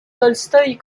tolstoï